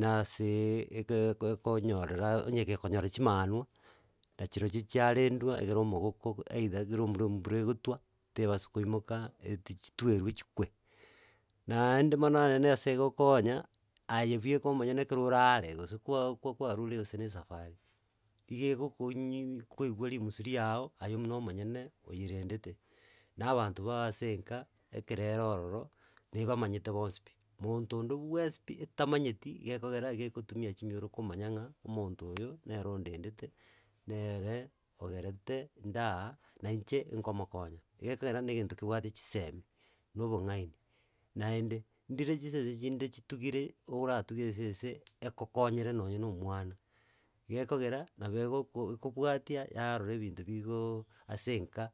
na aseeee ege ekonyorera onye gekonyora chimanwa, nachirochio chiarendwa, egere omogoko, either ekero ombura embura egotwa, tebasa koimoka eti chitweru chikwe. Naende mono, onye na ase egokonya, aye bieka omonyene ekero ore are, gose kwa kwaa kwarure gose na esafari, ige egokonyu kwaigwa rimusu riago, aye buna omonyene oyerendete. Na abanto bago ase enka, ekere ero ororo, na ebamanyete bonsi pi, monto onde bwensi pi etamanyeti, gekogera iga egotumia chimioro komanya ng'a, omonto oyo, nere ondendete, nere ogerete ndaa naiche ngomokonya, gekogera na egento kebwate chisemi na obong'aini. Naende, ndire chinsa chiri chinde chitugire oratuge esese ekokonyere nonye na omwana, igokegera, nabo egoko ekobwatia yarora ebinto bigoooo ase enka.